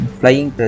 flying